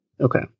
Okay